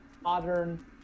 modern